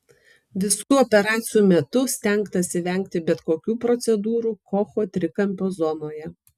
visų operacijų metu stengtasi vengti bet kokių procedūrų kocho trikampio zonoje